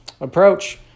approach